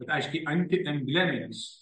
bet aiškiai antiembleminis